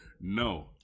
no